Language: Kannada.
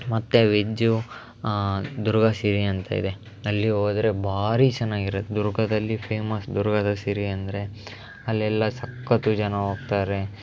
ಮತ್ತು ವೆಜ್ಜು ದುರ್ಗಸಿರಿ ಅಂತ ಇದೆ ಅಲ್ಲಿಗೆ ಹೋದರೆ ಭಾರಿ ಚೆನ್ನಾಗಿರುತ್ತೆ ದುರ್ಗದಲ್ಲಿ ಫೇಮಸ್ ದುರ್ಗದ ಸಿರಿ ಅಂದರೆ ಅಲ್ಲೆಲ್ಲ ಸಕತ್ತು ಜನ ಹೋಗ್ತಾರೆ